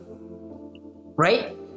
right